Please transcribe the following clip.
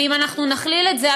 ואם אנחנו נכליל את זה,